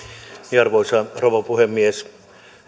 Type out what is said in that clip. arvoisa rouva puhemies